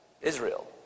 Israel